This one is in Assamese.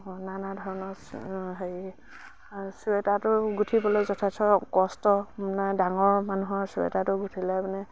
নানা ধৰণৰ হেৰি চুৱেটাৰটো গোঁঠিবলৈ যথেষ্ট কষ্ট মানে ডাঙৰ মানুহৰ চুৱেটাৰটো গোঁঠিলে মানে